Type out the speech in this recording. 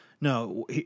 No